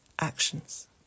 actions